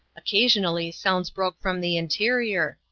occasionally sounds broke from the interior,